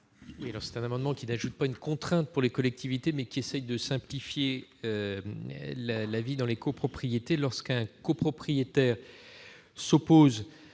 Cet amendement n'ajoute pas de contrainte pour les collectivités. Il vise à simplifier la vie dans les copropriétés : lorsqu'un copropriétaire s'oppose